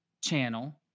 channel